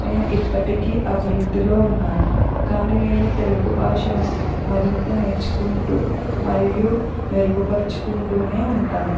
నేను ఇప్పటికీ అభివృద్ధిలో ఉన్నాను కానీ నేను తెలుగు భాషను మరింత నేర్చుకుంటూ మరియు మెరుగుపరుచుకుంటూనే ఉంటాను